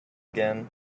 again